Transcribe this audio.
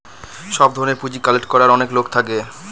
সব ধরনের পুঁজি কালেক্ট করার অনেক লোক থাকে